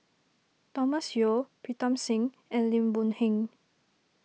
Thomas Yeo Pritam Singh and Lim Boon Heng